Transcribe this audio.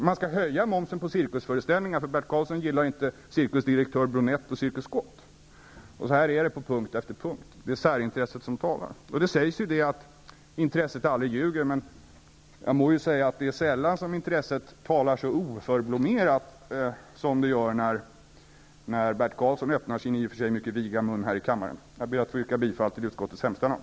Men man skall höja momsen på cirkusföreställningar, för Bert Karlsson gillar inte cirkusdirektör Bronett vid Cirkus Scott. Så här är det på punkt efter punkt. Det är särintresset som talar. Det sägs att intresset aldrig ljuger. Jag må säga att det är sällan som intresset talar så oförblommerat som det gör när Bert Karlsson öppnar sin i och för sig mycket viga mun här i kammaren. Jag ber att få yrka bifall till utskottets hemställan.